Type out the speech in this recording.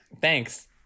Thanks